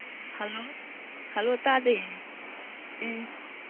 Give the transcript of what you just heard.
hello hello ꯇꯥꯗꯦ ꯎꯝ